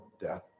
death